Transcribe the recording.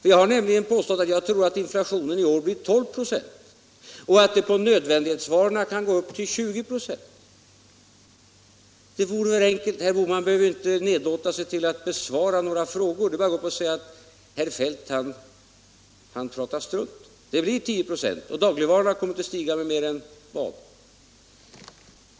Jag har nämligen påstått att jag tror att inflationen i år blir 12 96 och att den för nödvändighetsvarorna kan gå upp till 20 96. Herr Bohman behöver inte nedlåta sig till att besvara några frågor, det är bara att gå upp och säga: Herr Feldt pratår strunt — det blir 10 96, och dagligvarorna kommer irite att stiga med mer än...